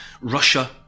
Russia